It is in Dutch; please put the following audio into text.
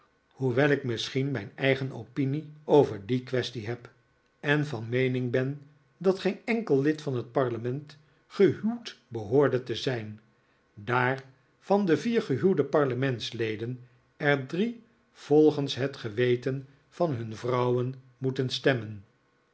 hoewel ik misschien mijn eigen opinie over die kwestie heb en van meening ben dat geen enkel lid van het parlement gehuwd behoorde te zijn daar van de vier gehuwde parlementsleden er drie volgens het geweten van hun vrouwen moeten stemmen